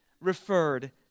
referred